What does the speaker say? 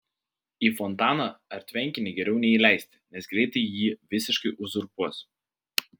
į fontaną ar tvenkinį geriau neįleisti nes greitai jį visiškai uzurpuos